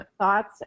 thoughts